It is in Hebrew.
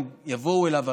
אם יבואו אליו,